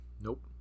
Nope